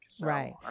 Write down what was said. Right